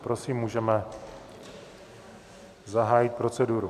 Prosím, můžeme zahájit proceduru.